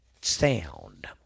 Sound